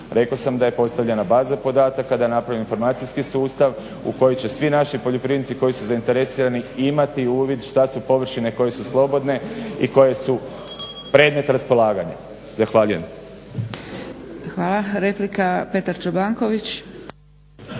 Rekao sam da je postavljena baza podataka, da je napravljen informacijski sustav u kojem će svi naši poljoprivrednici koji su zainteresirani imati uvid što su površine koje su slobodne i koje su predmet raspolaganja.